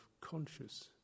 conscious